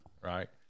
right